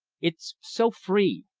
it's so free!